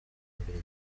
imbere